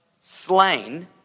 slain